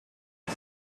why